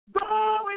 Go